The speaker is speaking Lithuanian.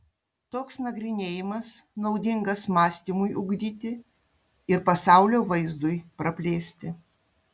toks nagrinėjimas naudingas mąstymui ugdyti ir pasaulio vaizdui praplėsti